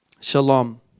Shalom